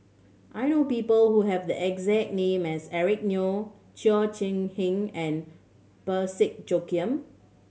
I know people who have the exact name as Eric Neo Cheo Chai Hiang and Parsick Joaquim